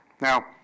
Now